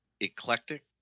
eclectic